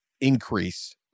increase